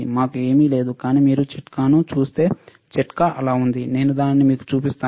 మాకు ఏమీ లేదు కానీ మీరు చిట్కాను చూస్తే చిట్కా అలా ఉంది నేను దానిని మీకు చూపిస్తాను